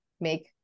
make